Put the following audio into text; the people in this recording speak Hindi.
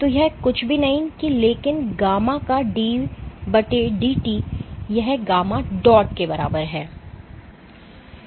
तो यह कुछ भी नहीं है लेकिन γ का d dt यह γ डॉट के बराबर है